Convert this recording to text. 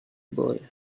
boy